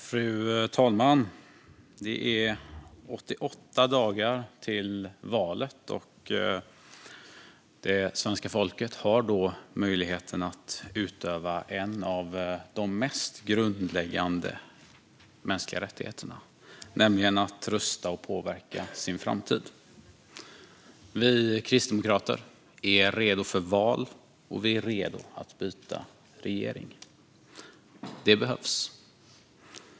Fru talman! Det är 88 dagar till valet. Svenska folket har då möjligheten att utöva en av de mest grundläggande mänskliga rättigheterna, nämligen att rösta och påverka sin framtid. Vi kristdemokrater är redo för val, och vi är redo att byta regering. Det behövs.